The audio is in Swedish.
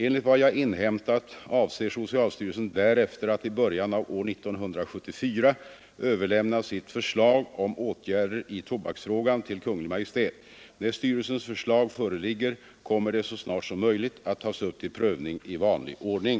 Enligt vad jag inhämtat avser socialstyrelsen därefter att i början av år 1974 överlämna sitt förslag om åtgärder i tobaksfrågan till Kungl. Maj:t. När styrelsens förslag föreligger kommer det så snart som möjligt att tas upp till prövning i vanlig ordning.